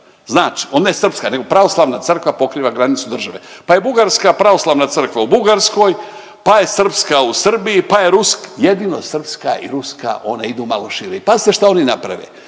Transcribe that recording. znači onda je Srpska nego pravoslavna crkva pokriva granicu države. Pa je bugarska pravoslavna crkva u Bugarskoj, pa je Srpska u Srbiji pa je … jedino srpska i ruska one idu malo šire. I pazite šta oni naprave,